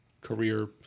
career